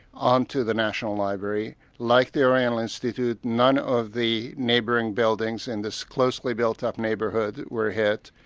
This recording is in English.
onto the national library. like the oriental institute, none of the neighbouring buildings in this closely built-up neighbourhood were hit.